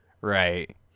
Right